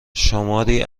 شماری